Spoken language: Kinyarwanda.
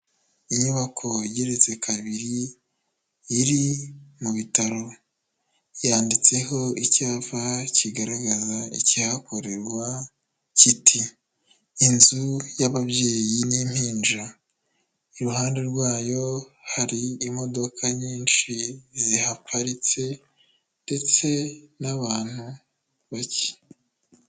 Inyubako igereretse kabiri, iri mu bitaro, yanditseho icyapa kigaragaza ikihakorerwa kiti, inzu y'ababyeyi n'impinja, iruhande rwayo hari imodoka nyinshi zihaparitse, ndetse n'abantu bake.